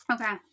Okay